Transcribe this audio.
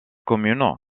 commune